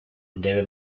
debe